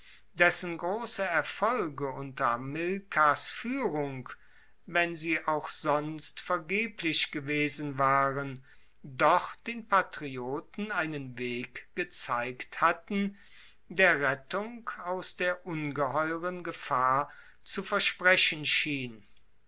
dessen grosse erfolge unter hamilkars fuehrung wenn sie auch sonst vergeblich gewesen waren doch den patrioten einen weg gezeigt hatten der rettung aus der ungeheuren gefahr zu versprechen schien